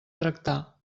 tractar